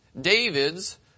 David's